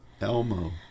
Elmo